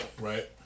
Right